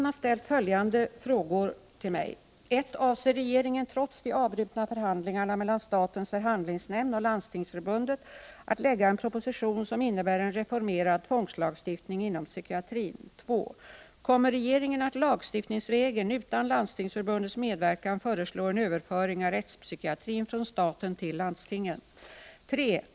Herr talman! Gudrun Schyman har ställt följande frågor till mig. 2. Kommer regeringen att lagstiftningsvägen, utan Landstingsförbundets medverkan, föreslå en överföring av rättspsykiatrin från staten till landstingen? 3.